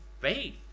faith